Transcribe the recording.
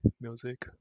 music